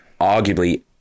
arguably